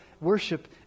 worship